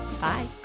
Bye